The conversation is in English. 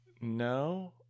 No